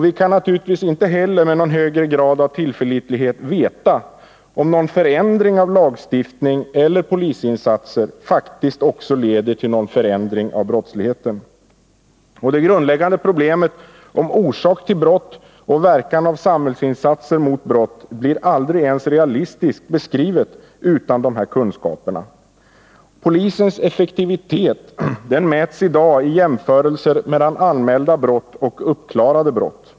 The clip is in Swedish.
Vi kan naturligtvis inte heller med någon högre grad av tillförlitlighet veta om en förändring av lagstiftning eller polisinsatser faktiskt leder till någon förändring av brottsligheten. i Det grundläggande problemet när det gäller orsakerna till brott och verkan av samhällsinsatser mot brott blir aldrig realistiskt beskrivet utan dessa kunskaper. Polisens effektivitet mäts i dag i jämförelser mellan anmälda brott och uppklarade brott.